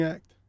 Act